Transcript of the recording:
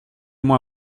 moi